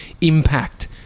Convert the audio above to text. impact